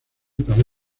para